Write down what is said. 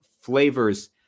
flavors